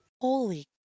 Holy